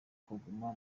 kuguma